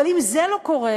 אבל אם זה לא קורה,